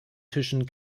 tischen